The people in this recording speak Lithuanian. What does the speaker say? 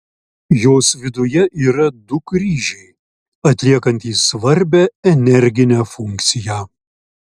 jos viduje yra du kryžiai atliekantys svarbią energinę funkciją